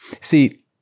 See